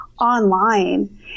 online